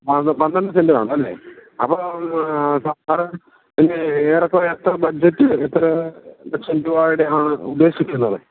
പന്ത്രണ്ട് സെൻറ്റ് വേണം അല്ലേ അപ്പോൾ എറെ ഏറെക്കുറെ എത്ര ബഡ്ജറ്റ് എത്ര സെൻറ്റ് ആണ് ഉദ്ദേശിക്കുന്നത്